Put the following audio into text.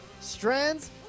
Strands